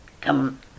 Come